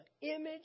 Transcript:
image